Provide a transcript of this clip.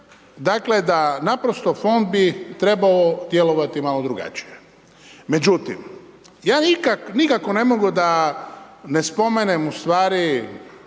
dakle, da naprosto Fond bi trebao djelovati malo drugačije. Međutim, ja nikako ne mogu da ne spomenem u stvari